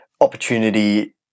opportunity